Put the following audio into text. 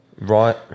Right